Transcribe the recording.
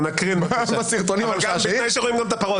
נקרין, אבל בתנאי שרואים גם את הפרודיה.